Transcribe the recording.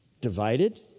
Divided